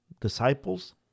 disciples